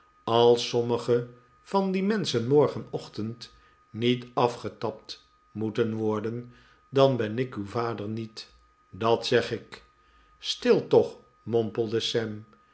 als sommxge van die menschen morgenochtend niet afgetapt moeten worden dan ben ik uw vader niet dat zeg ik stil toch mompelde